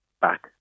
back